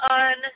on